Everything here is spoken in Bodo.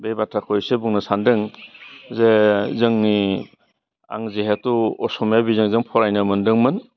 बे बाथ्राखौ एसे बुंनो सान्दों जे जोंनि आं जिहेथु असमिया बिजोंजों फरायनो मोन्दोंमोन